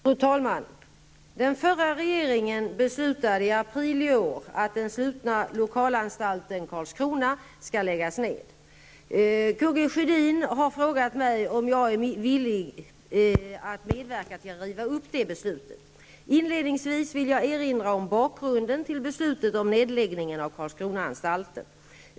Fru talman! Den förra regeringen beslutade i april i år att den slutna lokalanstalten Karlskrona skall läggas ned. K G Sjödin har frågat mig om jag är villig att medverka till att riva upp det beslutet. Inledningsvis vill jag erinra om bakgrunden till beslutet om nedläggning av Karlskronaanstalten.